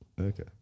Okay